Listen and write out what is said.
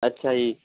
ਅੱਛਾ ਜੀ